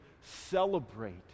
celebrate